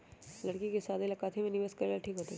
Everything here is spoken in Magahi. लड़की के शादी ला काथी में निवेस करेला ठीक होतई?